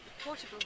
portable